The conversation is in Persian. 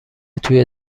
توی